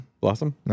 Blossom